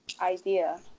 idea